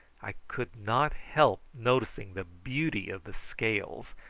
i could not help noticing the beauty of the scales,